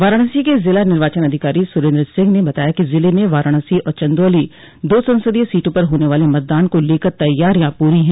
वाराणसी के जिला निर्वाचन अधिकारी सुरेन्द्र सिंह ने बताया कि जिले में वाराणसी और चन्दौली दो संसदीय सीटों पर होने वाले मतदान को लेकर तैयारियॉ पूरी हैं